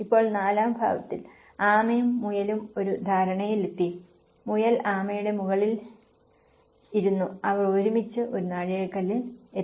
ഇപ്പോൾ നാലാം ഭാവത്തിൽ ആമയും മുയലും ഒരു ധാരണയിലെത്തി മുയൽ ആമയുടെ മുകളിൽ ഇരുന്നു അവർ ഒരുമിച്ച് ഒരു നാഴികക്കല്ലിൽ എത്തി